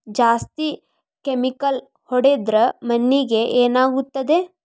ಜಾಸ್ತಿ ಕೆಮಿಕಲ್ ಹೊಡೆದ್ರ ಮಣ್ಣಿಗೆ ಏನಾಗುತ್ತದೆ?